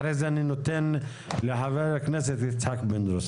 אחרי זה אני נותן את זכות הדיבור לחבר הכנסת יצחק פינדרוס.